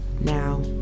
Now